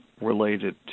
related